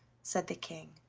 said the king.